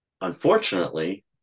unfortunately